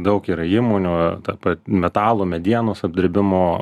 daug yra įmonių taip pat metalo medienos apdirbimo